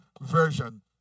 version